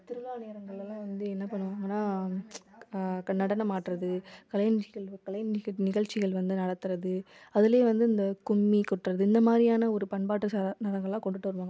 திருவிழா நேரங்கள்லலாம் வந்து என்ன பண்ணுவாங்கனா நடனம் ஆடுறது கலை நிகழ்ச்சிகள் கலை நிகழ்ச்சிகள் வந்து நடத்துறது அதுலேயே வந்து இந்த கும்மி கொட்டுறது இந்த மாதிரியான ஒரு பண்பாட்டு நலங்குலாம் கொண்டுட்டு வருவாங்க